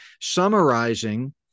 summarizing